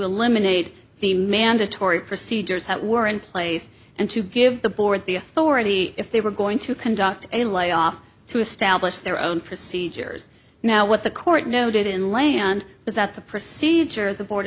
eliminate the mandatory procedures that were in place and to give the board the authority if they were going to conduct a layoff to establish their own procedures now what the court noted inland was that the procedure the board